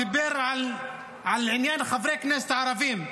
דיבר על עניין חברי הכנסת הערבים,